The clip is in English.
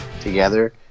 together